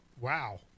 Wow